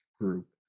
group